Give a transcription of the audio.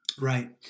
Right